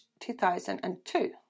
2002